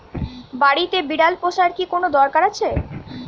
বাড়িতে বিড়াল পোষার কি কোন দরকার আছে?